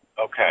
Okay